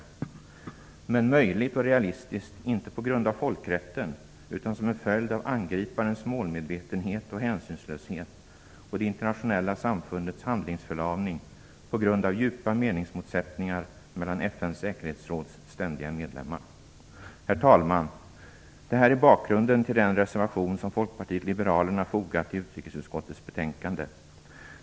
Men det har varit möjligt och realistiskt, inte på grund av folkrätten utan som en följd av angriparens målmedvetenhet och hänsynslöshet och det internationella samfundets handlingsförlamning på grund av djupa meningsmotsättningar mellan FN:s säkerhetsråds ständiga medlemmar. Herr talman! Det här är bakgrunden till den reservation som Folkpartiet liberalerna fogat till utrikesutskottets betänkande.